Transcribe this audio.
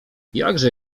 jakże